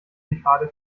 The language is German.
dekade